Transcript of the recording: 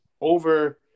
over